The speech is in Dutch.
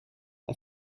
hij